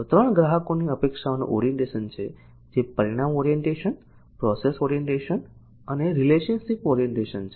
તો 3 ગ્રાહકોની અપેક્ષાઓનું ઓરિએન્ટેશન છે જે પરિણામ ઓરિએન્ટેશન પ્રોસેસ ઓરિએન્ટેશન અને રિલેશનશિપ ઓરિએન્ટેશન છે